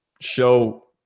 show